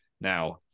now